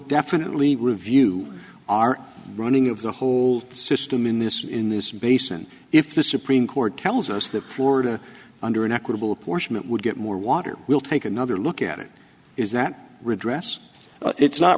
definitely review our running of the whole system in this in this basin if the supreme court tells us that florida under an equitable portion that would get more water will take another look at it is that redress it's not